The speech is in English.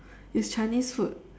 it's chinese food